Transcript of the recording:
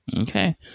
Okay